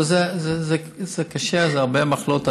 אבל זה קשה, זה הרבה מחלות.